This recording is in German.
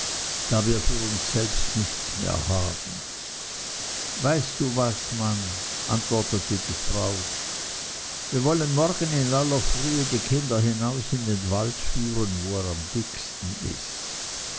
da wir für uns selbst nichts mehr haben weißt du was mann antwortete die frau wir wollen morgen in aller frühe die kinder hinaus in den wald führen wo er am dicksten ist